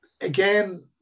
again